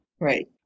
Right